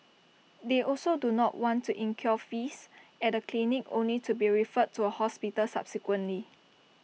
they also do not want to incur fees at A clinic only to be referred to A hospital subsequently